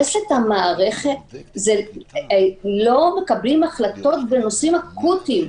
אם המערכת קורסת לא מקבלים החלטות בנושאים אקוטיים.